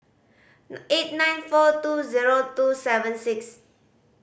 eight nine four two zero two seven six